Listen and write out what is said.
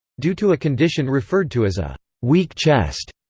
due to a condition referred to as a weak chest,